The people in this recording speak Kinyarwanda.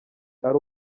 ari